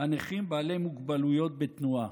הנכים בעלי מוגבלויות בתנועה: